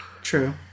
true